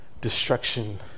destruction